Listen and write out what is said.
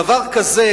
דבר כזה,